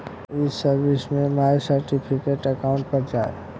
ई सर्विस में my certificate account पर जा